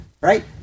Right